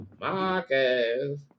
Marcus